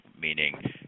meaning